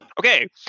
Okay